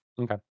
Okay